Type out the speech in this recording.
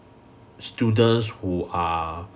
students who are